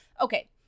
Okay